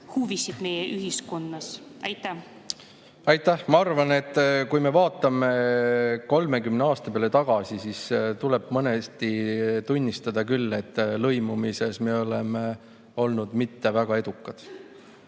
huvisid meie ühiskonnas? Aitäh! Ma arvan, et kui me vaatame 30 aasta peale tagasi, siis tuleb mõneti tunnistada küll, et lõimumises me ei ole olnud väga edukad.